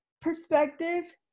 perspective